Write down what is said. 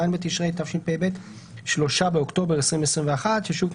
בתשרי התשפ״ב (3 באוקטובר 2021)"." ששוב,